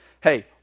Hey